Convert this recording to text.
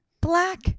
Black